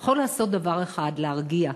יכול לעשות דבר אחד: להרגיע.